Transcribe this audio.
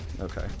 Okay